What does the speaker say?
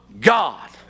God